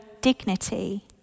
dignity